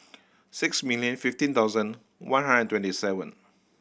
six million fifteen thousand one hundred twenty seven